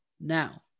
now